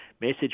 message